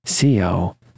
co